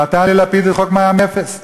נתן ללפיד את חוק מע"מ אפס,